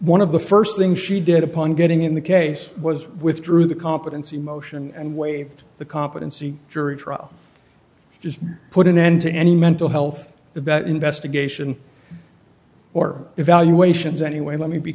one of the st thing she did upon getting in the case was withdrew the competency motion and waived the competency jury trial just put an end to any mental health the better investigation or evaluations anyway let me be